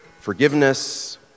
forgiveness